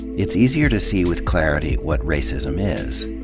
it's easier to see with clarity what racism is.